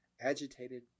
agitated